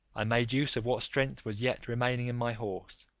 i made use of what strength was yet remaining in my horse,